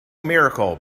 miracle